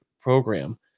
program